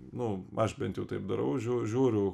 nu aš bent jau taip darau žiū žiūriu